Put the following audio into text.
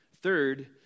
Third